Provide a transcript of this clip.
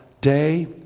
day